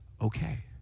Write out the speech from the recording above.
okay